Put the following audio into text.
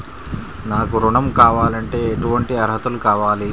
నాకు ఋణం కావాలంటే ఏటువంటి అర్హతలు కావాలి?